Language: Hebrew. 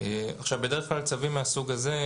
עכשיו בדרך כלל צווים מהסוג הזה,